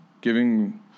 giving